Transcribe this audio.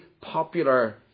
popular